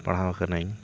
ᱯᱟᱲᱦᱟᱣ ᱟᱠᱟᱱᱟᱹᱧ